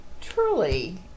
truly